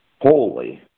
holy